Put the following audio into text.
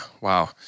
wow